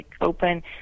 open